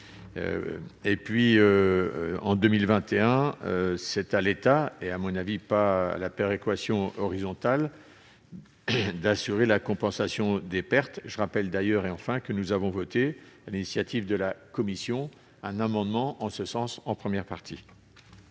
l'année 2021, c'est à l'État, et non à la péréquation horizontale, d'assurer la compensation des pertes. Je rappelle que nous avons voté, sur l'initiative de la commission, un amendement en ce sens en première partie.